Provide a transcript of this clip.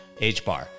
HBAR